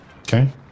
Okay